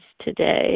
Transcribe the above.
today